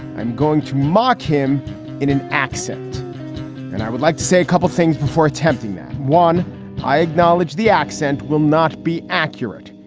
i'm going to mock him in an accent. and i would like to say a couple of things before attempting that one i acknowledge the accent will not be accurate.